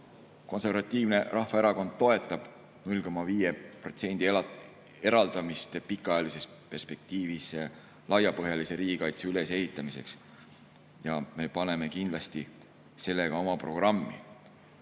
Konservatiivne Rahvaerakond toetab 0,5% eraldamist pikaajalises perspektiivis laiapõhjalise riigikaitse ülesehitamiseks. Ja me paneme kindlasti selle ka oma programmi.